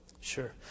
Sure